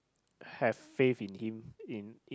have faith in him in